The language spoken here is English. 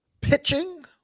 pitching